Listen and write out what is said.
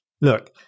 look